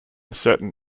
certain